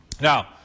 Now